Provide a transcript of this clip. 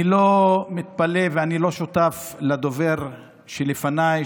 אני לא מתפלא ואני לא שותף לדובר שלפניי,